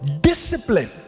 discipline